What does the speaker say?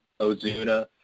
Ozuna